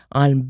on